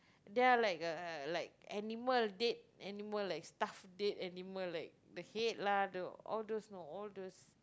there're like uh like animal dead animal like stuffed dead animal like the head lah the all those no all those